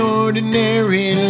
ordinary